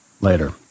later